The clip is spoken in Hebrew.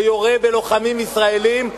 ויורה בלוחמים ישראלים,